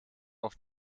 auf